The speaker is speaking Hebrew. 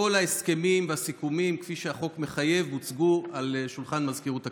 כל ההסכמים והסיכומים כפי שהחוק מחייב הוצגו על שולחן מזכירות הכנסת?